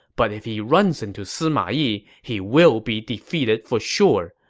but if he runs into sima yi, he will be defeated for sure.